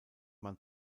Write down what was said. man